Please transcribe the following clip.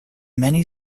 many